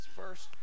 first